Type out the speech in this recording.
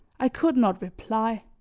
i could not reply.